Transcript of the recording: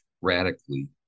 radically